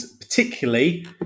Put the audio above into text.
particularly